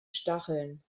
stacheln